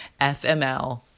FML